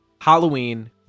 Halloween